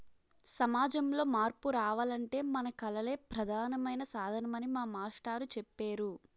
సమాజంలో మార్పు రావాలంటే మన కళలే ప్రధానమైన సాధనమని మా మాస్టారు చెప్పేరు